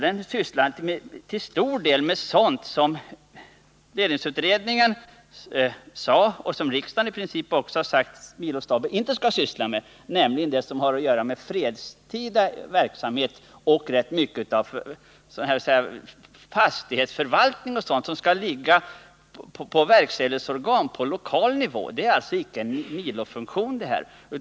Den sysslar till stor del med sådant som försvarsledningsutredningen sade och riksdagen i princip också har sagt att milostaber inte skall syssla med, nämligen det som har att göra med fredstida verksamhet och rätt mycket av fastighetsförvaltning osv., som i stället borde ligga på verkställighetsorgan på lokal nivå. Det är alltså icke en milofunktion.